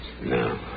No